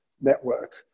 network